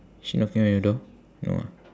is she knocking on your door no ah